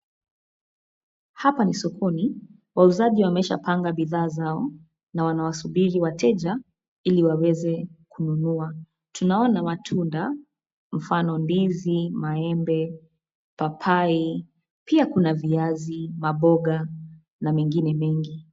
Hapa ni sokoni, wauzaji wameshapanga bidhaa zao, na wanawasubiri wateja, iliwaweze, kununua, tunaona matunda, mfano ndizi, maembe, papai, pia kuna viazi, maboga, na mengine mengi.